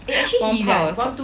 疯了